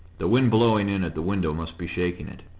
the wind blowing in at the window must be shaking it.